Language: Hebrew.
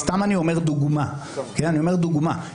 סתם אני אומר דוגמה, אני אומר דוגמה.